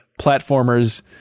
platformers